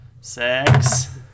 Six